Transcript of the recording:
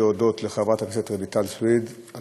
להודות לחברת הכנסת רויטל סויד על